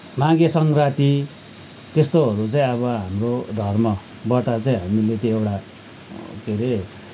माघे सङ्क्राति त्यस्तोहरू चाहिँ अब हाम्रो धर्मबाट चाहिँ हामीले त्यो एउटा के अरे